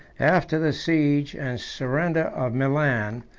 after the siege and surrender of milan,